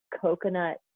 coconut